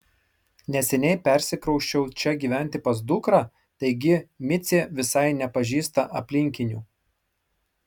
neseniai persikrausčiau čia gyventi pas dukrą taigi micė visai nepažįsta apylinkių